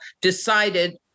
decided –